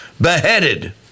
beheaded